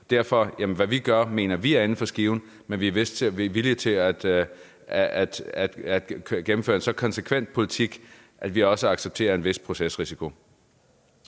Hvad vi gør, mener vi er inden for skiven, men vi er villige til at gennemføre en så konsekvent politik, at vi også accepterer en vis procesrisiko.